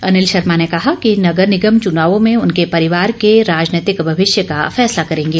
अनिल शर्मा ने कहा कि नगर निगम चुनावों में उनके परिवार के राजनैतिक भविष्य का फैसला करेंगे